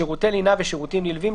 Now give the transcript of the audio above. שירותי לינה ושירותים נלווים,